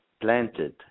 planted